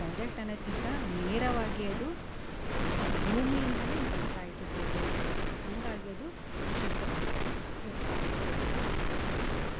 direct ಅನ್ನದ್ಕಿಂತ ನೇರವಾಗಿ ಅದು ಭೂಮಿಯಿಂದನೆ ಬರ್ತಾಯಿತ್ತು ಬೋರ್ವೆಲ್ ನೀರು ಹಾಗಾಗಿ ಅದು ಶುದ್ಧ ಇರ್ತಾಯಿತ್ತು